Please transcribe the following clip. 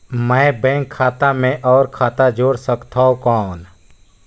मैं बैंक खाता मे और खाता जोड़ सकथव कौन?